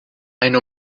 ein